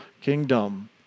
kingdom